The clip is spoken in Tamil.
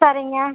சரிங்க